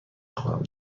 خواهم